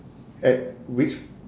at which